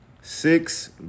Six